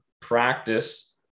practice